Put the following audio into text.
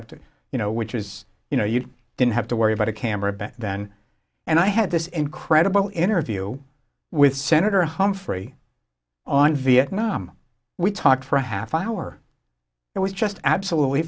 have to you know which is you know you didn't have to worry about a camera back then and i had this incredible interview with senator humphrey on vietnam we talked for a half hour it was just absolutely